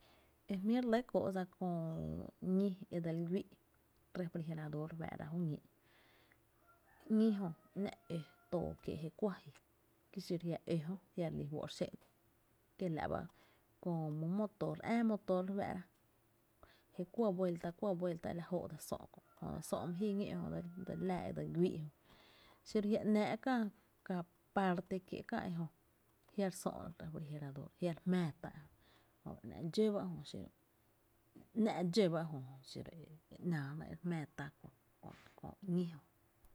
Ejmíi’ re lɇ e kóo’ dsa kö ñí e dse li güii’ refrigerador fá’rá’ ju ñí’, ñí jö ‘nⱥ’ ǿ too kiee’ je kuɇ ji ki xiro’ jia’ ǿ jö jia’ re lí fó’ re xé’no kiela’ ba kö my moto’, ää motor re fáá’ra, je kuɇ vuelta, kuɇ vuelta e la jóó’ dse sö’ my ji ñó’ ejö, jö dselaa e dse güii’ jö xiro jia’ ‘nⱥⱥ’ kää parte kiéé’ ejö jia’ re sö’ refrigerador jia’ re jmⱥⱥ tá ejö, jö ba ‘nⱥ’ dxó ba e jö xiro ‘náá ná e re jmⱥⱥ tá’ kö’ ñí jö.